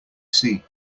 see